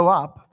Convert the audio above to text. up